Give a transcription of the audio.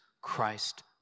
Christ